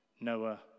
Noah